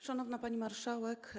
Szanowna Pani Marszałek!